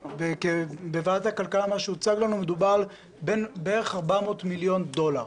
לפי מה שהוצג לנו בוועדת הכלכלה,